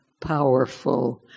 powerful